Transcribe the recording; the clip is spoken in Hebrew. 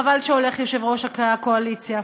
חבל שהולך יושב-ראש הקואליציה,